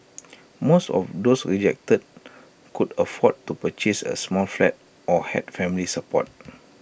most of those rejected could afford to purchase A small flat or had family support